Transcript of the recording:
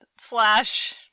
slash